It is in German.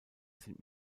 sind